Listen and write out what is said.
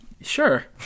Sure